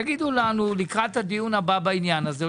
תגידו לנו לקראת הדיון הבא בעניין הזה,